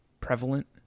prevalent